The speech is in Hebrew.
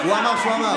הוא אמר שהוא אמר.